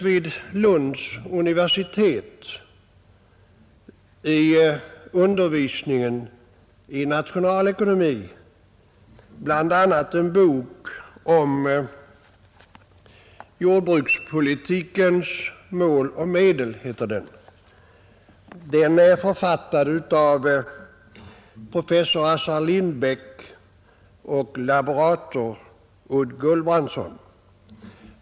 Vid Lunds universitet användes i undervisningen i nationalekonomi bl.a. en bok om jordbrukspolitikens mål och medel, författad av professor Assar Lindbeck och laborator Odd Gulbrandsen.